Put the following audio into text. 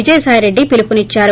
Vijay Sai Reddy పిలుపునిద్చారు